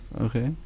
Okay